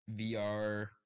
VR